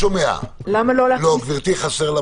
1. לא לדון ואז אוטומטית זה ממשיך;